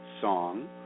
Song